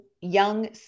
young